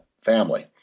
family